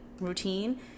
routine